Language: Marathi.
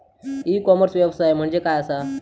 ई कॉमर्स व्यवसाय म्हणजे काय असा?